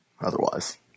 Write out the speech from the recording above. otherwise